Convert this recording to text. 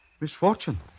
misfortune